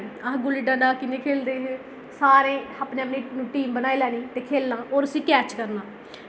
साढ़े टाइम आहीं गुल्ली डंडा कि'यां खेलदे हे सारे अपनी अपनी टीम बनाई लैनी ते खेलना ओर उसी कैच करना